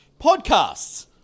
podcasts